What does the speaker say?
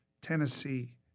Tennessee